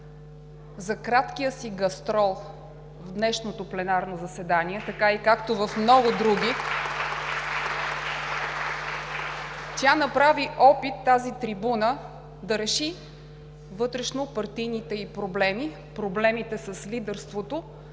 За краткия си гастрол в днешното пленарно заседание – така, както в много други (ръкопляскания от ГЕРБ), тя направи опит тази трибуна да реши вътрешнопартийните ѝ проблеми, проблемите с лидерството